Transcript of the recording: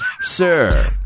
sir